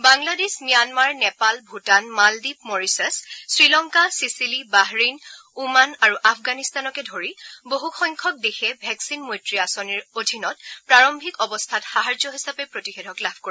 Bangladesh Myanmar Nepal Bhutan Maldives Mauritius Sri Lanka Seychelles Bahrain Oman আৰু আফগানিস্তানকে ধৰি বছকেইখন দেশে ভেকচিন মৈত্ৰী আঁচনিৰ অধীনত প্ৰাৰম্ভিক অৱস্থাত সাহায্য হিচাপে প্ৰতিষেধক লাভ কৰিব